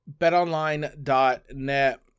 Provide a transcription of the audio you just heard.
BetOnline.net